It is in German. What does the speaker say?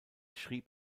schrieb